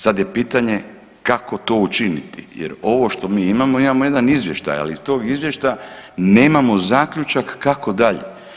Sada je pitanje kako to učiniti, jer ovo što mi imamo, imamo jedan izvještaj ali iz tog izvještaja nemamo zaključak kako dalje.